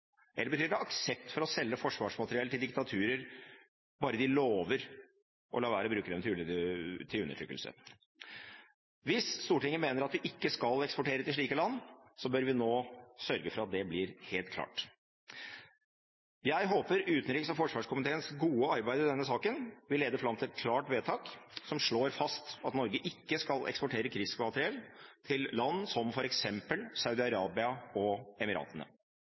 eller betyr det aksept for å selge forsvarsmateriell til diktaturer bare de lover å la være å bruke dem til undertrykkelse? Hvis Stortinget mener at vi ikke skal eksportere til slike land, bør vi nå sørge for at det blir helt klart. Jeg håper utenriks- og forsvarskomiteens gode arbeid i denne saken vil lede fram til et klart vedtak som slår fast at Norge ikke skal eksportere krigsmateriell til land som f.eks. Saudi-Arabia og Emiratene.